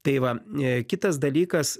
tai va kitas dalykas